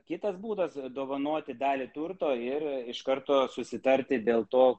kitas būdas dovanoti dalį turto ir iš karto susitarti dėl to